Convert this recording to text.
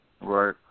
Right